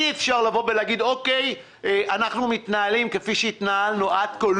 אי אפשר להגיד שאנחנו מתנהלים כפי שהתנהלנו עד כה.